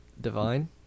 divine